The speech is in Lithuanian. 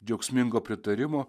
džiaugsmingo pritarimo